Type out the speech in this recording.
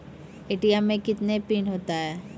ATM मे कितने PIN होता हैं?